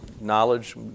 knowledge